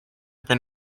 been